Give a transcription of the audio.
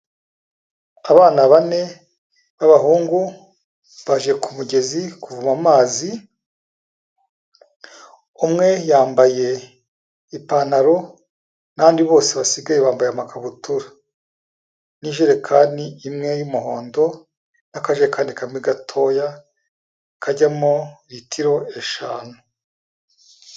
Abana bane b'abahungu baje ku kumugezi kuvoma amazi, umwe yambaye ipantaro n'aho abandi bose basigaye bambaye amakabutura n'ijerekani imwe y'umuhondo n'akajekani kamwe gatoya kajyamo litiro eshanu.